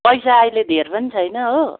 पैसा अहिले धेर पनि छैन हो